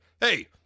hey